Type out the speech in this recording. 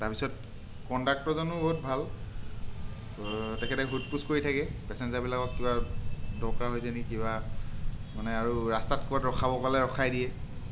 তাৰপিছত কণ্ডাক্টৰজনো বহুত ভাল তেখেতে সোধ পোছ কৰি থাকে পেচেঞ্জাৰবিলাক দৰকাৰ হৈছে নেকি কিবা মানে আৰু ৰাস্তাত ক'ৰবাত ৰখাব ক'লে ৰখাই দিয়ে